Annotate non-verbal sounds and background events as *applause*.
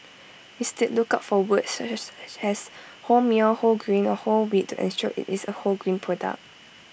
instead look out for words such as *unintelligible* wholemeal whole grain or whole wheat to ensure IT is A wholegrain product